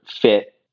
fit